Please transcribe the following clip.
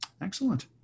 Excellent